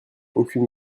aucune